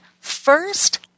first